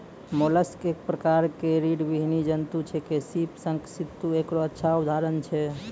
mollusc एक प्रकार के रीड़विहीन जंतु छेकै, सीप, शंख, सित्तु एकरो अच्छा उदाहरण छै